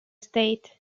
state